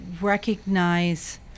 recognize